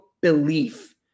belief